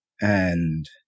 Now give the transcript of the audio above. and-